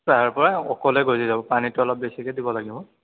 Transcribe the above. তাৰপৰা অকলে গজি যাব পানীটো অলপ বেছিকৈ দিব লাগিব